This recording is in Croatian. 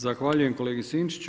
Zahvaljujem kolegi Sinčiću.